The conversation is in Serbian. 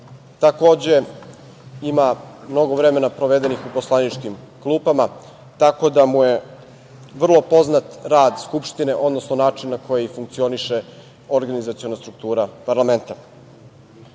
Takođe ima mnogo vremena provedenog u poslaničkim klupama, tako da mu je vrlo poznat rad Skupštine, odnosno način na koji funkcioniše organizaciona struktura parlamenta. Nadam